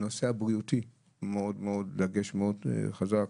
הנושא הבריאותי הוא בדגש מאוד חזק,